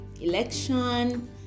election